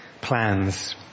plans